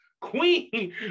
Queen